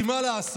כי מה לעשות,